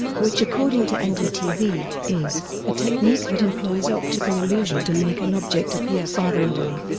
which according to and ndtv, is a technique that employs optical illusion to make an object appear farther away,